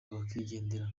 bakigendera